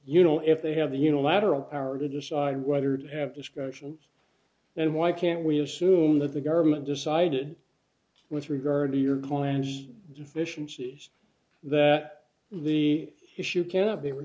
you know if they have the unilateral power to decide whether to have discussions and why can't we assume that the government decided with regard to your client deficiencies that the issue cannot be r